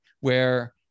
where-